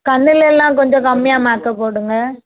கண்ணுலயெல்லாம் கொஞ்சம் கம்மியாக மேக்கப் போடுங்கள்